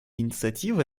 инициативы